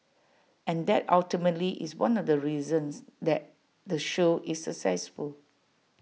and that ultimately is one of the reasons that the show is successful